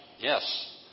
yes